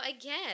again